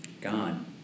God